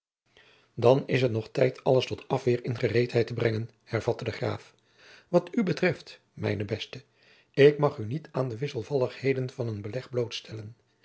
dan is het nog tijd alles tot afweer in gereedheid te brengen hervatte de graaf wat u betreft mijne beste ik mag u niet aan de wisselvalligheden van een